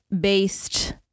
based